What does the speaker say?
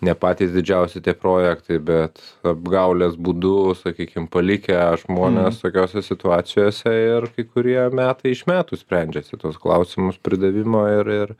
ne patys didžiausi tie projektai bet apgaulės būdu sakykim palikę žmonės tokiose situacijose ir kai kurie metai iš metų sprendžiasi tuos klausimus pridavimo ir ir